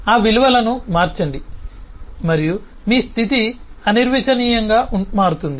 మరియు ఆ విలువలను మార్చండి మరియు మీ స్థితి అనిర్వచనీయంగా మారుతుంది